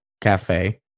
cafe